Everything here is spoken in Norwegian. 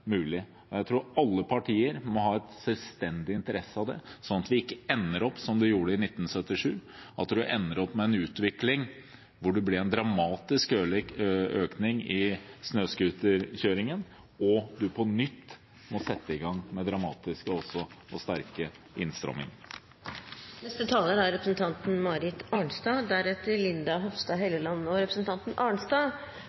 mulig. Jeg tror alle partier må ha en selvstendig interesse av det, sånn at vi ikke ender opp, som vi gjorde i 1977, med en utvikling hvor det ble en dramatisk økning i snøscooterkjøringen, og vi på nytt må sette i gang med dramatiske og sterke innstramninger. Representanten Marit Arnstad har hatt ordet to ganger tidligere i debatten og